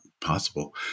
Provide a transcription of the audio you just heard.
possible